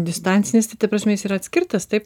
distancinis tai ta prasme jis yra atskirtas taip